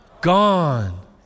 gone